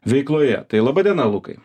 veikloje tai laba diena lukai